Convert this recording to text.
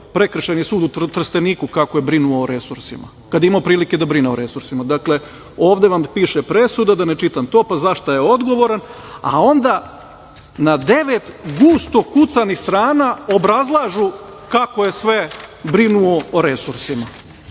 Prekršajni sud u Trsteniku utvrdio kako je brinuo o resursima kada je imao prilike da brine o resursima. Dakle, ovde vam piše presuda, da ne čitam to, pa za šta je odgovoran, a onda na devet gusto kucanih strana obrazlažu kako je sve brinuo o resursima.